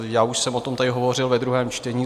Já už jsem o tom tady hovořil ve druhém čtení.